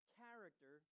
character